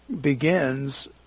begins